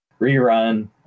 rerun